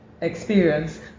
experience